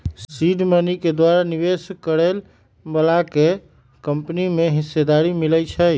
seed money के द्वारा निवेश करए बलाके कंपनी में हिस्सेदारी मिलइ छइ